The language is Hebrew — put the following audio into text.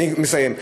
אני מסיים.